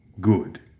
Good